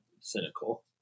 cynical